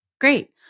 Great